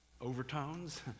overtones